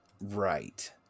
Right